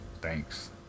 Thanks